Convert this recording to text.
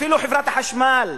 אפילו חברת החשמל,